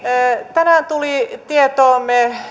tänään tuli tietoomme